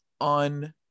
on